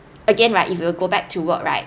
again right if you'll go back to work right